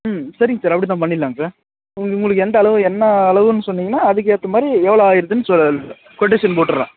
ம் சரிங்க சார் அப்படிதான் பண்ணிடலாங்க சார் உங்களுக்கு எந்த அளவு என்ன அளவுனு சொன்னிங்கன்னா அதுக்கு ஏற்ற மாதிரி எவ்வளோ ஆயிருக்குனு சொல் கொட்டேஷன் போட்டுடலாம்